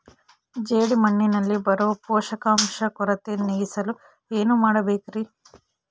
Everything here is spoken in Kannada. ಜೇಡಿಮಣ್ಣಿನಲ್ಲಿ ಬರೋ ಪೋಷಕಾಂಶ ಕೊರತೆ ನೇಗಿಸಲು ಏನು ಮಾಡಬೇಕರಿ?